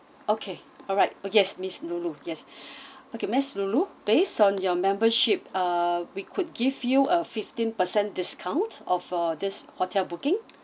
okay alright yes miss loulou yes okay miss loulou based on your membership uh we could give you a fifteen percent discount of a this hotel booking